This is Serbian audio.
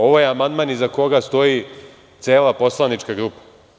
Ovo je amandman iza koga stoji cela poslanička grupa.